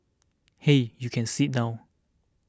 hey you can sit down